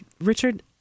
Richard